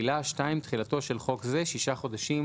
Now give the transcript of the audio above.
תחילה 2. תחילתו של חוק זה שישה חודשים